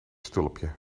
stulpje